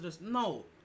No